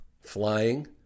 flying